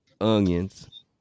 onions